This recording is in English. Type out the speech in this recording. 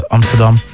Amsterdam